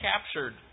captured